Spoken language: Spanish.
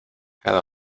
cada